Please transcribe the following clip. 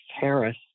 Harris